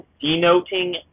denoting